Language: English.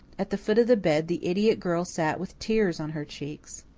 at the foot of the bed the idiot girl sat with tears on her cheeks.